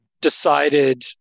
decided